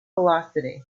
velocity